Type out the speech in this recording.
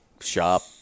shop